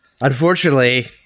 Unfortunately